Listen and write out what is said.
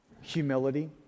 Humility